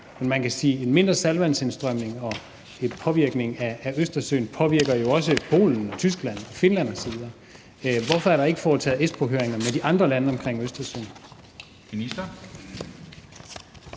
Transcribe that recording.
Man kan sige, at en mindre saltvandsindstrømning og en påvirkning af Østersøen jo også påvirker Polen, Tyskland, Finland osv. Hvorfor er der ikke foretaget Espoohøringer med de andre lande omkring Østersøen?